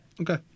Okay